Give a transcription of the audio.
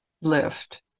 lift